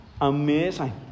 amazing